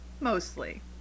mostly